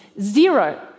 Zero